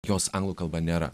jos anglų kalba nėra